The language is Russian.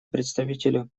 представителю